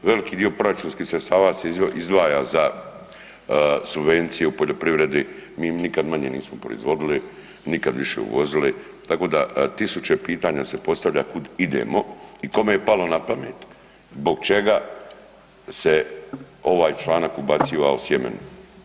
Veliki dio proračunskih sredstava se izdvaja za subvencije u poljoprivredi, mi nikad manje nismo proizvodili, nikad više uvozili, tako da tisuće pitanja se postavlja kud idemo i kome je palo na pamet zbog čega se ovaj članak ubacio o sjemenu?